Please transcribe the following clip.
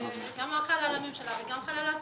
וזה חל גם על הממשלה וחל גם על עסקים.